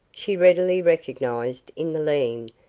she readily recognized in the lean,